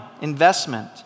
investment